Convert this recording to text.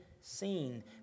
seen